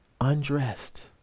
undressed